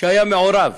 שהיה מעורב